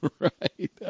right